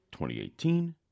2018